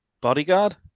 Bodyguard